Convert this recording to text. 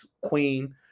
queen